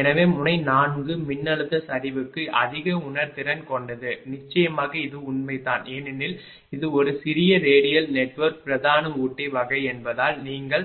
எனவே முனை 4 மின்னழுத்த சரிவுக்கு அதிக உணர்திறன் கொண்டது நிச்சயமாக இது உண்மைதான் ஏனெனில் இது ஒரு சிறிய ரேடியல் நெட்வொர்க் பிரதான ஊட்டி வகை என்பதால் நீங்கள்